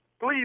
Please